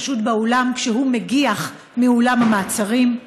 חשוד באולם כשהוא מגיח מאולם המעצרים?